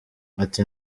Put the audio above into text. ati